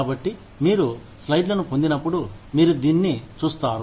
కాబట్టి మీరు స్లైడ్లను పొందినప్పుడు మీరు దీన్ని చూస్తారు